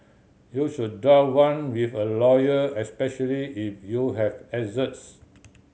you should draft one with a lawyer especially if you have asserts